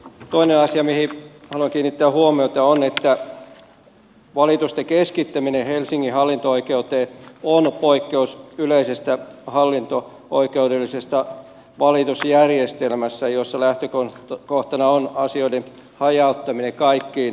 toinen asia mihin haluan kiinnittää huomiota on se että valitusten keskittäminen helsingin hallinto oikeuteen on poikkeus yleisestä hallinto oikeudellisesta valitusjärjestelmästä jossa lähtökohtana on asioiden hajauttaminen kaikkiin hallinto oikeuksiin